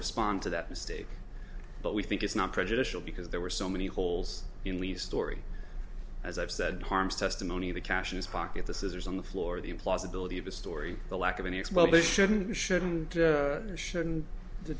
respond to that mistake but we think it's not prejudicial because there were so many holes in least story as i've said harmes testimony the cash in his pocket the scissors on the floor the implausibility of the story the lack of any x well they shouldn't you should or shouldn't the